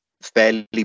fairly